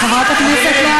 חברת הכנסת לאה